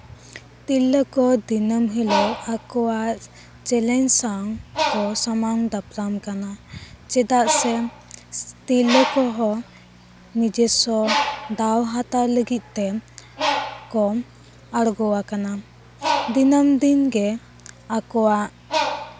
ᱛᱤᱨᱞᱟᱹ ᱠᱚ ᱫᱤᱱᱟᱹᱢ ᱦᱤᱞᱳᱜ ᱟᱠᱚᱣᱟᱜ ᱪᱮᱞᱮᱧᱡᱽ ᱥᱟᱶ ᱠᱚ ᱥᱟᱢᱟᱝ ᱫᱟᱯᱨᱟᱢ ᱠᱟᱱᱟ ᱪᱮᱫᱟᱜ ᱥᱮ ᱛᱤᱨᱞᱟᱹ ᱠᱚᱦᱚᱸ ᱱᱤᱡᱮᱥᱥᱚ ᱫᱟᱣ ᱦᱟᱛᱟᱣ ᱞᱟᱹᱜᱤᱫ ᱛᱮ ᱠᱚ ᱟᱬᱜᱚ ᱟᱠᱟᱱᱟ ᱫᱤᱱᱟᱹᱢ ᱫᱤᱱ ᱜᱮ ᱟᱠᱚᱣᱟᱜ